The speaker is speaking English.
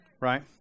right